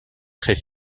très